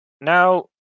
Now